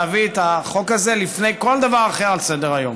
להביא את החוק הזה לפני כל דבר אחר על סדר-היום.